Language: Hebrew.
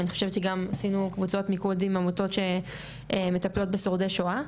אני חושבת שעשינו גם מיקוד עם עמותות שמטפלות בשורדי שואה,